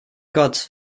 gott